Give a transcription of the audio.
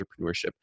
entrepreneurship